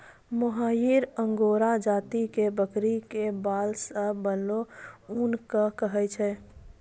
मोहायिर angora जाति के बकरी के बाल सॅ बनलो ऊन कॅ कहै छै